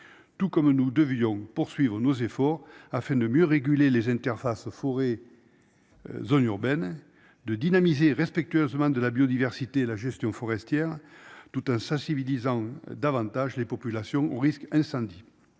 Tout comme nous devions poursuivre nos efforts afin de mieux réguler les interfaces. Zone urbaines de dynamiser respectueusement de la biodiversité, la gestion forestière tout hein sensibilisant davantage les populations au risque incendie.